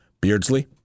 Beardsley